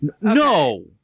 No